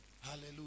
Hallelujah